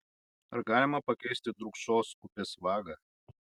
ar galima pakeisti drūkšos upės vagą